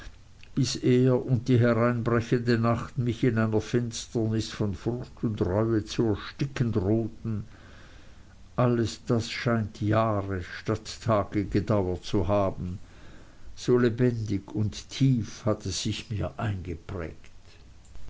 bis er und die hereinbrechende nacht mich in einer finsternis von furcht und reue zu ersticken drohten alles das scheint jahre statt tage gedauert zu haben so lebendig und tief hat es sich mir eingeprägt